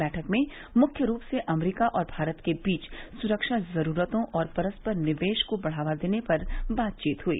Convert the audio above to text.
बैठक में मुख्य रूप से अमरीका और भारत के बीच सुरक्षा जरूरतों और परस्पर निवेश को बढ़ावा देने पर बातचीत हुई